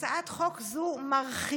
הצעת חוק זו מרחיבה